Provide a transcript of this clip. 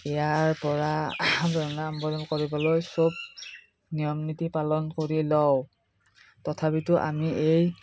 ইয়াৰ পৰা সাৱধানতাঅৱলম্বন কৰিবলৈ চব নিয়ম নীতি পালন কৰি লওঁ তথাপিতো আমি এই